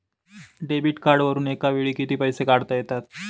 Debit कार्डवरुन एका वेळी किती पैसे काढता येतात?